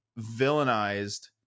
villainized